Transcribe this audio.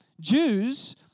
Jews